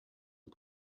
and